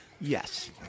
Yes